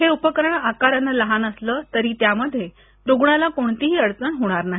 हे उपकरण आकाराने लहान असले तरी त्यामध्ये रुग्णाला कोणतीही अडचण होणार नाही